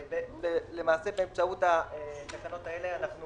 באמצעות התקנות האלו אנחנו